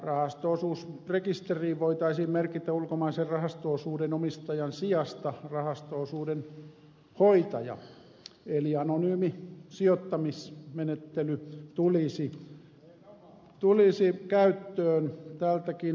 rahasto osuusrekisteriin voitaisiin merkitä ulkomaisen rahasto osuuden omistajan sijasta rahasto osuuden hoitaja eli anonyymi sijoittamismenettely tulisi käyttöön tältäkin osin